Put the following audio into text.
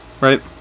right